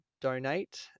donate